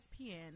ESPN